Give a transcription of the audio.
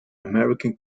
american